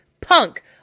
punk